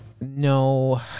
No